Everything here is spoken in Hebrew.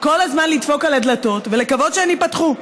כל הזמן לדפוק על הדלתות ולקוות שהן ייפתחו.